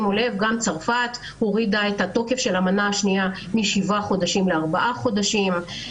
גם צרפת הורידה את התוקף של המנה השנייה משבעה חודשים לארבעה חודשים,